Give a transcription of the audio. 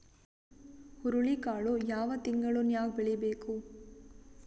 ಹುರುಳಿಕಾಳು ಯಾವ ತಿಂಗಳು ನ್ಯಾಗ್ ಬೆಳಿಬೇಕು?